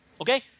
okay